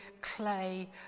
clay